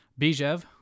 Bijev